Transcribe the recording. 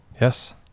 Yes